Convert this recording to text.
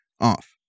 off